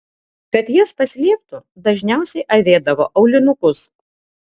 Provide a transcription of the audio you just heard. kad jas paslėptų dažniausiai avėdavo aulinukus